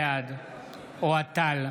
בעד אוהד טל,